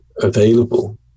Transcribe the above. available